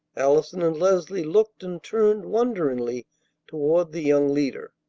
allison and leslie looked and turned wonderingly toward the young leader.